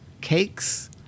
cakes